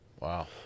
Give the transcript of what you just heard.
Wow